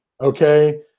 Okay